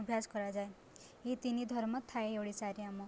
ଅଭ୍ୟାସ କରାଯାଏ ଏହି ତିନି ଧର୍ମ ଥାଏ ଓଡ଼ିଶାରେ ଆମ